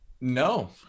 No